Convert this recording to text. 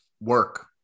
work